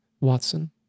Watson